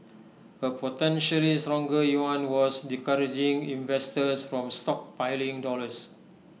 A potentially stronger yuan was discouraging investors from stockpiling dollars